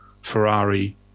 Ferrari